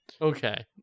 okay